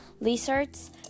lizards